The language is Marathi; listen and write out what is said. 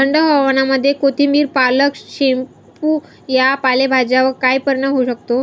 थंड हवामानामध्ये कोथिंबिर, पालक, शेपू या पालेभाज्यांवर काय परिणाम होऊ शकतो?